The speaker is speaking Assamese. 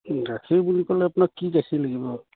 গাখীৰ বুলি ক'লে আপোনাক কি গাখীৰ লাগিব